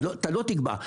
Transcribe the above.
אתה לא תקבע.